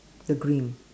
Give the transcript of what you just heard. the green